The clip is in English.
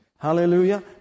Hallelujah